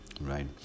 right